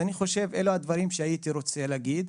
אני חושב שאלו הדברים שהייתי רוצה להגיד.